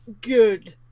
good